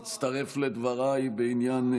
להצטרף לדבריי בעניין,